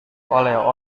oleh